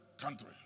country